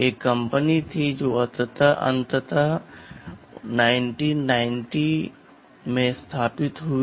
एक कंपनी थी जो अंततः 1990 में स्थापित हुई